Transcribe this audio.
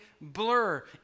blur